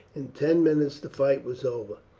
in ten minutes the fight was over,